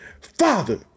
Father